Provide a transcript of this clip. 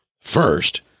first